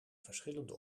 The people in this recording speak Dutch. verschillende